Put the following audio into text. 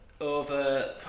over